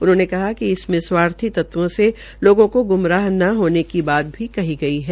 उन्होंने कहा कि इसमें स्वार्थी तत्वों से लोगों को ग्मराह न होने की बात भी कही गई है